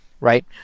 Right